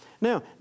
Now